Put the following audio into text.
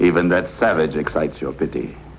even that savage excites your pity